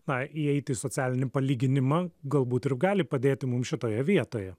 na įeiti į socialinį palyginimą galbūt gali padėti mums šitoje vietoje